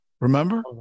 remember